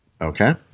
Okay